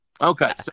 okay